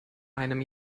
einem